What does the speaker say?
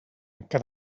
que